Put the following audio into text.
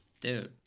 Dude